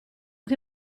che